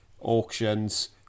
auctions